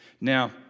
Now